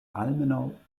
almenaŭ